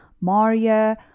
Maria